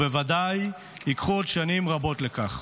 ובוודאי ייקחו עוד שנים רבות לכך.